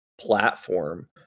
platform